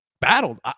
battled